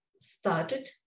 started